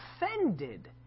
offended